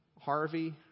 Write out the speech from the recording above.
Harvey